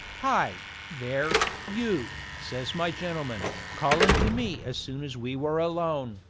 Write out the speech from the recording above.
hi, there, you says my gentleman, callin' to me as soon as we were alone,